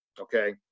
Okay